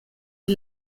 die